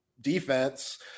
defense